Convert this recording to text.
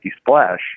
splash